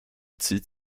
zieht